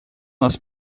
нас